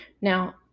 Now